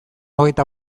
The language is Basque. hogeita